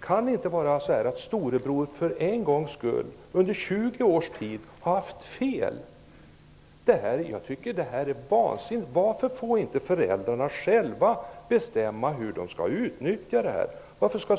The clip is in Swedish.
Kan det inte vara så att Storebror för en gångs skull, under 20 års tid, har haft fel? Jag tycker att det här är vansinnigt. Storebror diktera hur de skall göra, därför